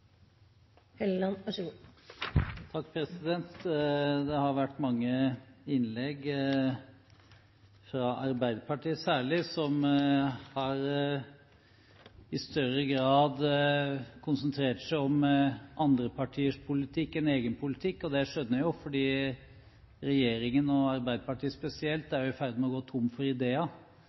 Det har vært mange innlegg, særlig fra Arbeiderpartiet, som i større grad har konsentrert seg om andre partiers politikk enn egen politikk. Det skjønner jeg, fordi regjeringen og spesielt Arbeiderpartiet er i ferd med å gå tom for ideer.